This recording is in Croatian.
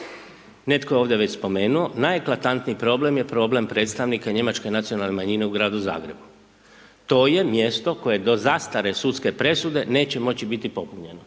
Netko je ovdje već spomenuo, najeklatantniji problem je problem predstavnika njemačke nacionalne manjine u Gradu Zagrebu. To je mjesto koje do zastare sudske presude neće moći biti popunjeno,